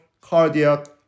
cardiac